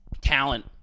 talent